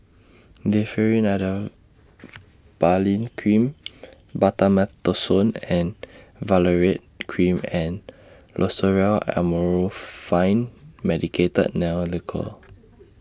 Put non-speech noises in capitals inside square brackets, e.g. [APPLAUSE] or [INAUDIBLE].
[NOISE] Differin Adapalene Cream Betamethasone Valerate Cream and Loceryl Amorolfine Medicated Nail Lacquer